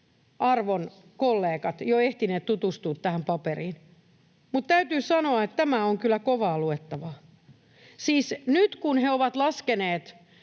arvon kollegat, jo ehtineet tutustua tähän paperiin, mutta täytyy sanoa, että tämä on kyllä kovaa luettavaa. Siis nyt kun he ovat laskeneet